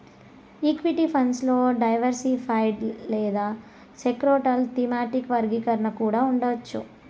equity funds లో diversified లేదా sectoral, thematic వర్గీకరణ కూడా ఉండవచ్చు